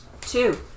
Two